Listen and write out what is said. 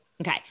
Okay